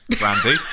Randy